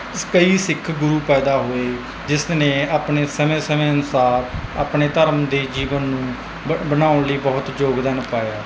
ਕਈ ਸਿੱਖ ਗੁਰੂ ਪੈਦਾ ਹੋਏ ਜਿਸ ਨੇ ਆਪਣੇ ਸਮੇਂ ਸਮੇਂ ਅਨੁਸਾਰ ਆਪਣੇ ਧਰਮ ਦੇ ਜੀਵਨ ਨੂੰ ਬਣਾਉਣ ਲਈ ਬਹੁਤ ਯੋਗਦਾਨ ਪਾਇਆ